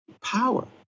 Power